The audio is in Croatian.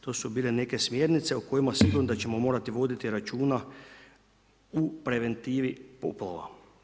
To su bile neke smjernice o kojima sigurno da ćemo morati voditi računa u preventivi poplava.